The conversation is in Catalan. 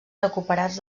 recuperats